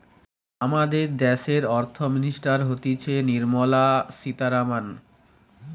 আমাদের দ্যাশের অর্থ মিনিস্টার হতিছে নির্মলা সীতারামন